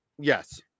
yes